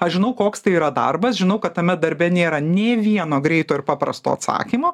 aš žinau koks tai yra darbas žinau kad tame darbe nėra nė vieno greito ir paprasto atsakymo